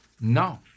No